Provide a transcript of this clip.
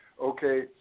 okay